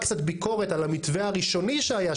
קצת ביקורת על המתווה הראשוני שהיה,